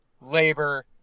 labor